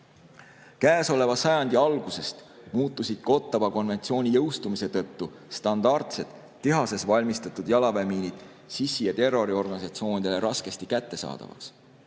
Käesoleva sajandi algusest muutusid Ottawa konventsiooni jõustumise tõttu standardsed tehases valmistatud jalaväemiinid sissi‑ ja terroriorganisatsioonidele raskesti kättesaadavaks.